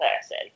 person